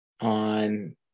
on